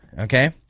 Okay